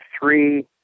three